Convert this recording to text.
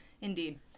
Indeed